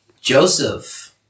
Joseph